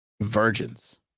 virgins